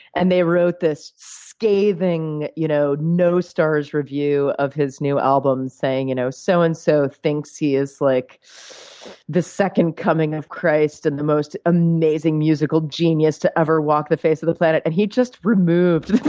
and they wrote this scathing you know no-stars review of his new album, saying, so-and-so you know so and so thinks he is like the second coming of christ and the most amazing musical genius to ever walk the face of the planet, and he just removed